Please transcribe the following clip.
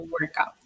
workout